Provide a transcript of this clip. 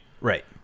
right